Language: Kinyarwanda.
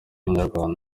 inyarwanda